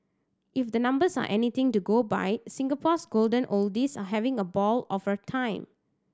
if the numbers are anything to go by Singapore's golden oldies are having a ball of a time